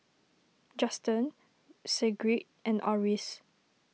Justen Sigrid and Oris